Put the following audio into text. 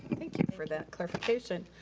thank you for that clarification.